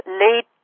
late